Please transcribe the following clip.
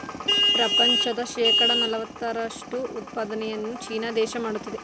ಪ್ರಪಂಚದ ಶೇಕಡ ನಲವತ್ತರಷ್ಟು ಉತ್ಪಾದನೆಯನ್ನು ಚೀನಾ ದೇಶ ಮಾಡುತ್ತಿದೆ